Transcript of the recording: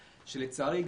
שלצערי,